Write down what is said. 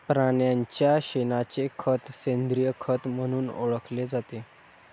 प्राण्यांच्या शेणाचे खत सेंद्रिय खत म्हणून ओळखले जाते